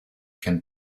can